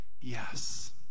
yes